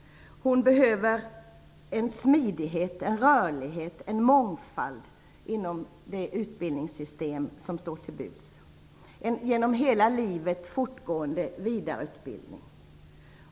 Hon behöver smidighet, rörlighet och mångfald inom det utbildningssystem som står till buds - en genom hela livet fortgående vidareutbildning.